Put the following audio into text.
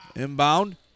Inbound